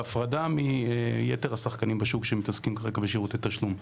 בהפרדה מיתר השחקנים בשוק שמתעסקים כרגע בשירותי תשלום.